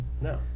No